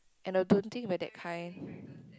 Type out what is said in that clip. and I don't think we're that kind